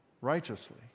righteously